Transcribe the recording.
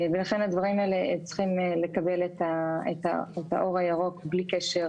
ולכן הדברים האלה צריכים לקבל את האור הירוק בלי קשר